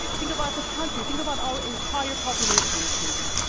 think about this country. think about our entire population as humans,